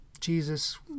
Jesus